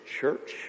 church